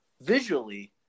Visually